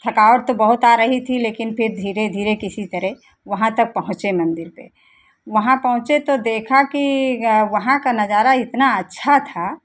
थकावट तो बहुत आ रही थी लेकिन फिर धीरे धीरे किसी तरह वहां तक पहुंचे मंदिर पे वहां पहुंचे तो देखा कि वहां का नजारा इतना अच्छा था